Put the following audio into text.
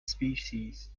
species